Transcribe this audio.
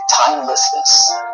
timelessness